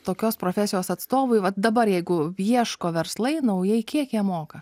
tokios profesijos atstovui vat dabar jeigu ieško verslai naujai kiek jie moka